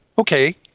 Okay